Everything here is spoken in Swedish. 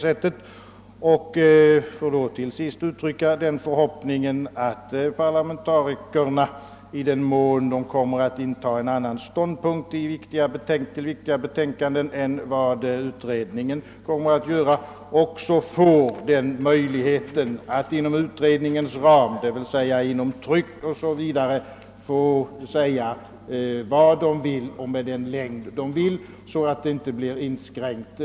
Låt mig till sist uttrycka den förhoppningen att parlamentarikerna, i den mån de kommer att inta en annan ståndpunkt i viktiga avseenden än utredningen kommer att göra, också får möjlighet att inom utredningens ram — i tryck o.s.v. — säga vad de vill och så utförligt de vill, så att diskussionen inte blir inskränkt.